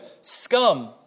scum